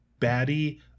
baddie